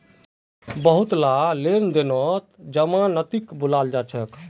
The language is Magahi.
बहुतला लेन देनत जमानतीक बुलाल जा छेक